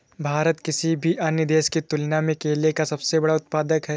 भारत किसी भी अन्य देश की तुलना में केले का सबसे बड़ा उत्पादक है